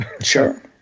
Sure